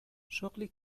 شغلی